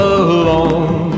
alone